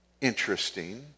interesting